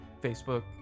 Facebook